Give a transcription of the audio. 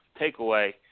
takeaway –